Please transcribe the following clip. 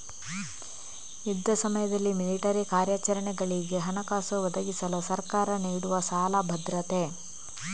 ಯುದ್ಧ ಸಮಯದಲ್ಲಿ ಮಿಲಿಟರಿ ಕಾರ್ಯಾಚರಣೆಗಳಿಗೆ ಹಣಕಾಸು ಒದಗಿಸಲು ಸರ್ಕಾರ ನೀಡುವ ಸಾಲ ಭದ್ರತೆ